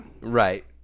Right